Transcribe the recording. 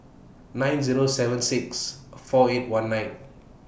nine Zero seven six four eight one nine